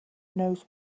knows